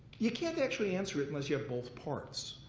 you can't actually answer it unless you have both parts.